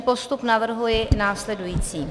Postup navrhuji následující.